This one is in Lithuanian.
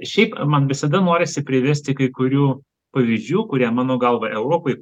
šiaip man visada norisi privesti kai kurių pavyzdžių kurie mano galva europoj